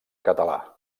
català